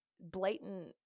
blatant